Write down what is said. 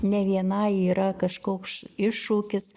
ne vienai yra kažkoks iššūkis